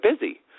busy